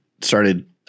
started